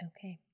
Okay